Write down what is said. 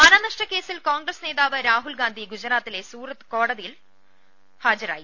മാനനഷ്ടകേസിൽ കോൺഗ്രസ് നേതാവ് രാഹുൽ ഗാന്ധി ഗുജറാത്തിലെ സൂറത്ത് കോടതിയിൽ ഹാജരായി